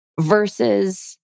versus